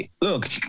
look